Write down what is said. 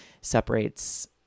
separates